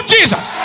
Jesus